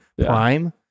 prime